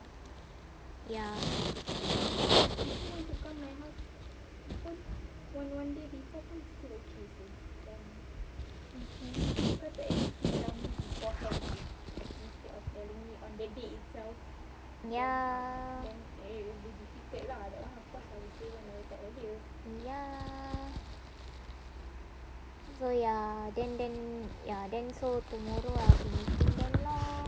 ya ya so ya then then ya then so tomorrow I will be meeting them lor